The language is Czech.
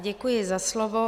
Děkuji za slovo.